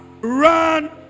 run